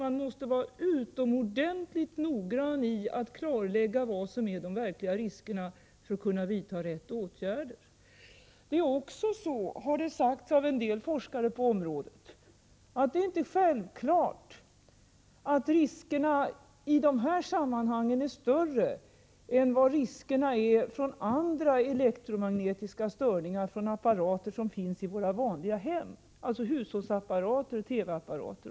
Man måste vara utomordentligt noggrann med att klarlägga vad som är de verkliga riskerna för att kunna vidta riktiga åtgärder. En del forskare på området har sagt att det inte är självklart att riskerna i dessa sammanhang är större än riskerna från elektromagnetiska störningar från vanliga apparater i våra hem, som hushållsapparater och TV-apparater.